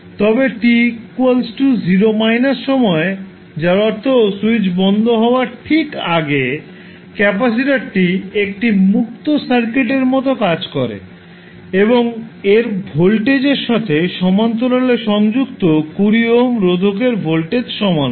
তবে t0 সময়ে যার অর্থ স্যুইচ বন্ধ হওয়ার ঠিক আগে ক্যাপাসিটারটি একটি মুক্ত সার্কিটের মত কাজ করে এবং এর ভোল্টেজ এর সাথে সমান্তরালে সংযুক্ত 20 ওহম রোধকের ভোল্টেজের সমান হয়